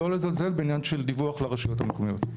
לא לזלזל בעניין של דיווח לרשויות המקומיות.